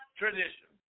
tradition